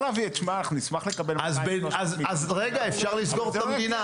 אפשר לסגור את המדינה,